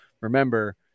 remember